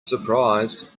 surprised